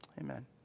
Amen